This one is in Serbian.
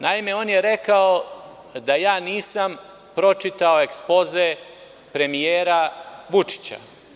Naime, on je rekao da ja nisam pročitao ekspoze premijera Vučića.